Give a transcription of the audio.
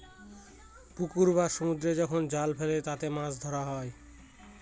পুকুরে বা সমুদ্রে যখন জাল ফেলে তাতে মাছ ধরা হয়